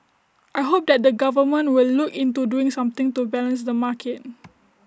I hope that the government will look into doing something to balance the market